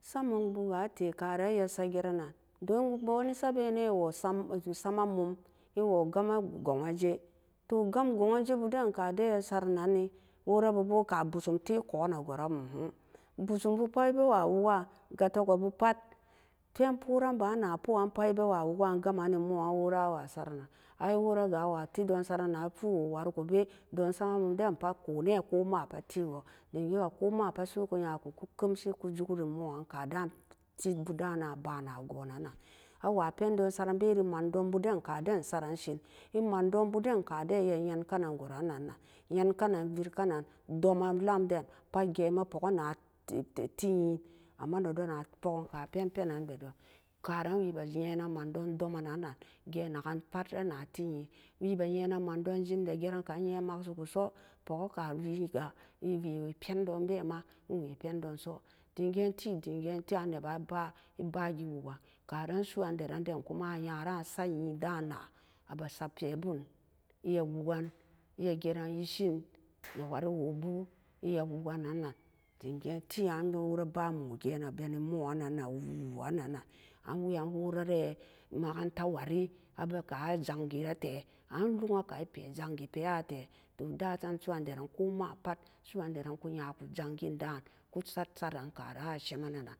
Sut mun bu nee sabe nen e woo same woo sama mum e woo gam mee gon jee toh gam go'an jee toh gam go'aajee bu den e ma saren nan-ni wora bu boo ka busum tee coo nee gora em-em, bosum bu pat e bee wa woo kan ga'atuka bu pat pen-pooren ba pat e be wa wokan gam ban woo be wa saren nan an wora ga a wa tit don saran na'a poo woo wariko bee dem sama. mum den ma ko be nee bu tee gu dem gee ga ko ma pat su'u ku nya ku ku'u kausi ku juki ree mu'an ka dan tit bu dan ma ba na gona'a nan nan a wa pendon saren bee e man don bu den ka den e saran seen e man don bu den ka den e ma yen ke nen goo ran nan-nan ye'an kenen ver kenen do men laa den pat gee ma poki na tit ye'an amma nee don a pokin ka pen penan bee don ka ran wee ma yee nen man don doo men nan-nan yen ke nen ver kenen doomen lam den pat gee ma poki na tit yee amma nee don karan we bee yee nen mandon jem jaren ka e yen mak see ku soo pao kee ka wee ga e vee wee pen don ben dem ga'an tee nee ban pat e ba'a gee wo'an karan su'uandaran a nyara sat yee daa na a ba'a sat pee bou gan e ma jaran woken e ma sat pee boom e ma woken nan-nan dem gee tee an boo wora ba moo gen na been nee mo'an nan a beni mo'an nan a newariwobu wori mu'an nan an moo'an e makantta wari e bee ka jangen tee loog a ka pee a jang'en gee a tee an loog e ka jang'en gee a tee gee pee a tee dem dasam su'uandaran ko maa pat su'uandaran ku. Nya ku jang'en da'an ku sat saran karan a semenen anan.